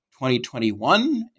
2021